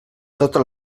totes